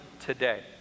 today